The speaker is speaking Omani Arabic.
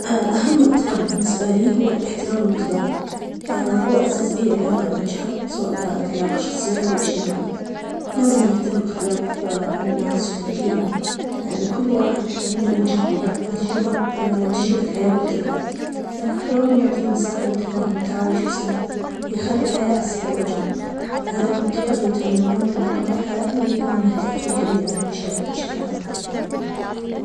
أهم معتقد بالنسبة لي هو الإحترام المتبادل، هو أساس أي علاقة ناجحة، سواء كانت علاقة شخصية أو إجتماعية، لازم نحترم إختلاف الناس وتفكيرهم، لأن كل واحد عنده وجهة نظر وتجربة وتجربة حياة مختلفة، الاحترام يعطيه مساحة للتفاهم والتعايش بسلام ويخلي الحياة أسهل وأجمل، هذا المعتقد لو تعلمناه وطبقناه في حياتنا بيكون له تأثير كبير على المجتمع بشكل عام.